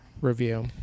review